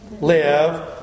live